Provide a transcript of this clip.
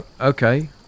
okay